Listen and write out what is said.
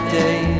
day